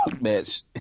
Match